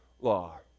law